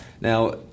Now